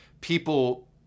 people